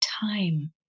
time